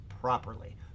properly